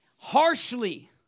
harshly